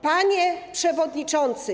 Panie Przewodniczący!